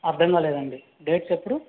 అర్దం కాలేదండి డేట్స్ ఎప్పుడు